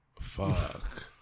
Fuck